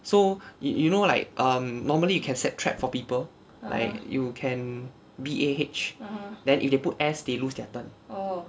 so you know like um normally you can set trap for people like you can B A H then if they put S they lose their turn